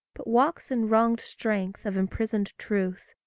but walks in wronged strength of imprisoned truth,